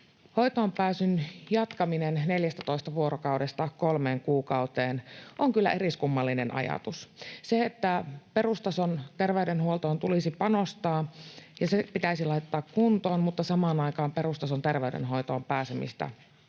hoitoonpääsyn jatkaminen 14 vuorokaudesta kolmeen kuukauteen on kyllä eriskummallinen ajatus — se, että perustason terveydenhuoltoon tulisi panostaa ja se pitäisi laittaa kuntoon, mutta samaan aikaan perustason terveydenhoitoon pääsemistä